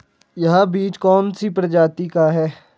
यह बीज कौन सी प्रजाति का है?